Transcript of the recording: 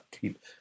keep